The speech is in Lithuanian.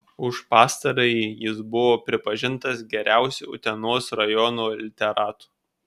už pastarąjį jis buvo pripažintas geriausiu utenos rajono literatu